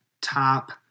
top